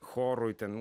chorui ten